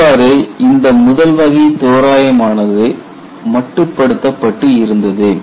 இவ்வாறு இந்த முதல் வகை தோராயமானது மட்டுப்படுத்தப்பட்டு இருந்தது